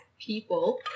people